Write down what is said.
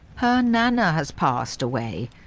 her nana has passed away.